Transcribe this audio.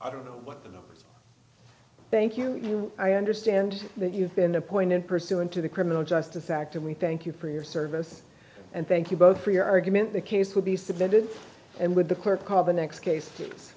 i don't know what the numbers thank you i understand that you've been appointed pursuant to the criminal justice act and we thank you for your service and thank you both for your argument the case will be submitted and with a clear call the next case